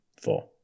Four